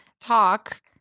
talk